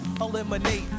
Eliminate